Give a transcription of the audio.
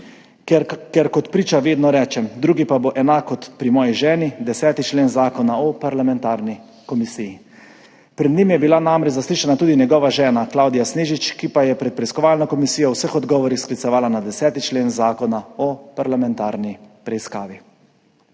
kar kot priča vedno rečem, drugi pa bo enak kot pri moji ženi, 10. člen Zakona o parlamentarni komisiji.« Pred njim je bila namreč zaslišana tudi njegova žena Klavdija Snežič, ki pa se je pred preiskovalno komisijo v vseh odgovorih sklicevala na 10. člen Zakona o parlamentarni preiskavi.